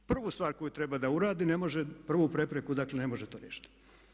Prvu stvar koju treba da uradi ne može prvu prepreku dakle ne može to riješiti.